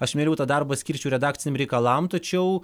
aš mieliau tą darbą skirčiau redakciniam reikalam tačiau